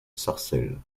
sarcelles